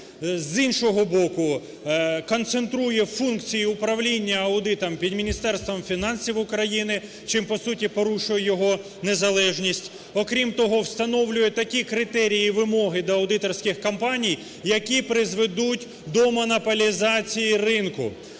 з іншого боку, концентрує функції управління аудитом під Міністерством фінансів України, чим по суті порушує його незалежність. Окрім того, встановлює такі критерії і вимоги до аудиторських компаній, які призведуть до монополізації ринку.